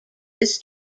this